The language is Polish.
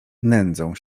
nędzą